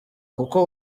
kuko